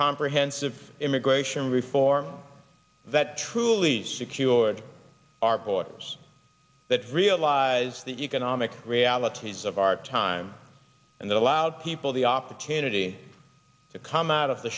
comprehensive immigration reform that truly secured our borders that realize the economic realities of our time and that allowed people the opportunity to come out of the